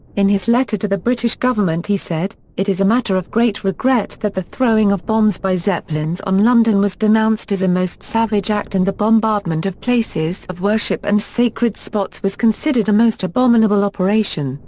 in his letter to the british government he said, it is a matter of great regret that the throwing of bombs by zeppelins on london was denounced as a most savage act and the bombardment of places of worship and sacred spots was considered a most abominable operation,